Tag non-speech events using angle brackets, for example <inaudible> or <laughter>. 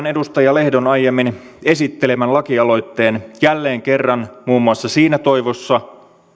<unintelligible> edustaja lehdon aiemmin esittelemän lakialoitteen jälleen kerran muun muassa siinä toivossa